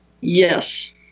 Yes